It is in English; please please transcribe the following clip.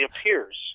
appears